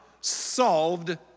solved